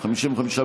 356 לא נתקבלה.